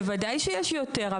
בוודאי שיש יותר,